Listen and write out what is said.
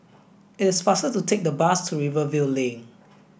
it is faster to take the bus to Rivervale Link